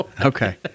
Okay